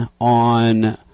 on